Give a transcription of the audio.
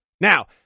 Now